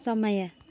समय